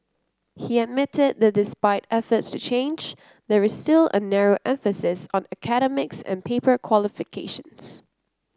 he admitted that despite efforts to change there is still a narrow emphasis on academics and paper qualifications